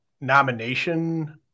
nomination